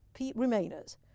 Remainers